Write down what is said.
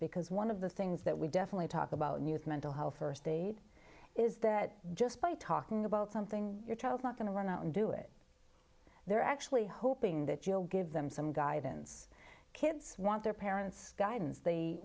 because one of the things that we definitely talk about new is mental health st aid is that just by talking about something your child's not going to run out and do it they're actually hoping that you'll give them some guidance kids want their parents guidance they